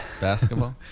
basketball